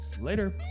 Later